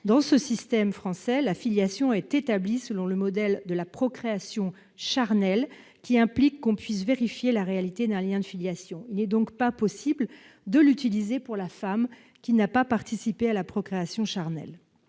Dans notre système, la filiation est établie selon le modèle de la procréation charnelle, qui implique qu'on puisse vérifier la réalité d'un lien de filiation, et il n'est pas possible d'utiliser ce modèle pour la femme qui n'a pas participé à la procréation charnelle.